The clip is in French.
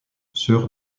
sœur